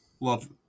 Love